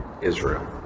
Israel